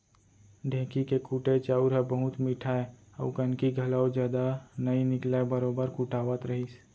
ढेंकी के कुटे चाँउर ह बहुत मिठाय अउ कनकी घलौ जदा नइ निकलय बरोबर कुटावत रहिस